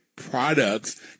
products